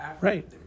Right